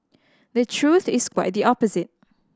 the truth is quite the opposite